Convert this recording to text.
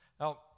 Now